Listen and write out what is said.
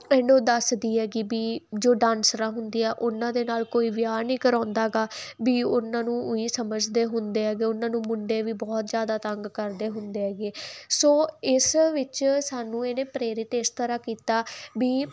and ਉਹ ਦੱਸਦੀ ਹੈਗੀ ਆ ਵੀ ਜੋ ਡਾਂਸਰਾਂ ਹੁੰਦੀਆਂ ਉਹਨਾਂ ਦੇ ਨਾਲ ਕੋਈ ਵਿਆਹ ਨਹੀਂ ਕਰਾਉਂਦਾ ਹੈਗਾ ਵੀ ਉਹਨਾਂ ਨੂੰ ਉਹੀ ਸਮਝਦੇ ਹੁੰਦੇ ਹੈਗੇ ਉਹਨਾਂ ਨੂੰ ਮੁੰਡੇ ਵੀ ਬਹੁਤ ਜਿਆਦਾ ਤੰਗ ਕਰਦੇ ਹੁੰਦੇ ਹੈਗੇ ਸੋ ਇਸ ਵਿੱਚ ਸਾਨੂੰ ਇਹਨੇ ਪ੍ਰੇਰਿਤ ਇਸ ਤਰ੍ਹਾਂ ਕੀਤਾ ਵੀ